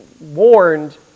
warned